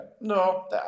No